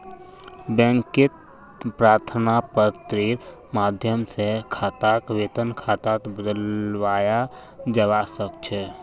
बैंकत प्रार्थना पत्रेर माध्यम स खाताक वेतन खातात बदलवाया जबा स ख छ